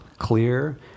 clear